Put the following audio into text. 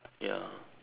ya